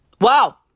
Wow